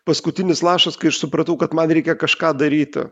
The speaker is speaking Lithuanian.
paskutinis lašas kai aš supratau kad man reikia kažką daryti